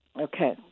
Okay